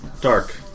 Dark